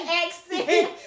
accent